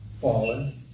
fallen